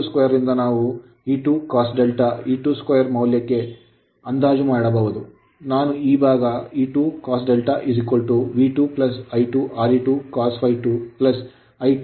E22 ರಿಂದ ನಾವು E2 cos ∂ E22 ಮೌಲ್ಯದ ಭಾಗಕ್ಕೆ ಅಂದಾಜು ಮಾಡಬಹುದು ನಾನು ಈ ಭಾಗ E2 cos ∂ V2 I2 Re2 cos ∅2 I2 Xe2 sin ∅2